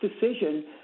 decision